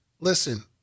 listen